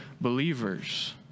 believers